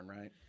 right